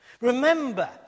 Remember